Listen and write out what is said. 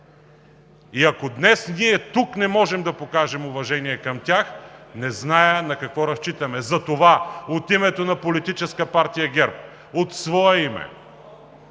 И ако днес ние тук не можем да покажем уважение към тях, не зная на какво разчитаме. Затова от името на Политическа партия ГЕРБ и от свое име